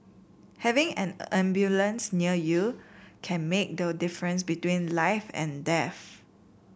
having an ambulance near you can make the difference between life and death